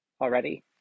already